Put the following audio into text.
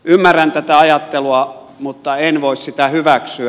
ymmärrän tätä ajattelua mutta en voi sitä hyväksyä